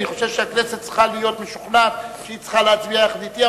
אני חושב שהכנסת צריכה להיות משוכנעת שהיא צריכה להצביע יחד אתי,